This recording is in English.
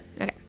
Okay